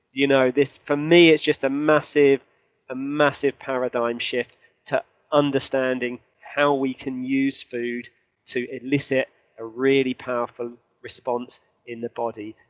you know, for me it's just a massive a massive paradigm shift to understanding how we can use food to elicit a really powerful response in the body.